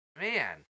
Man